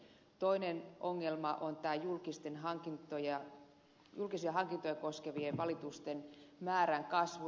toinen ongelma on tämä julkisia hankintoja koskevien valitusten määrän kasvu